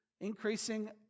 increasing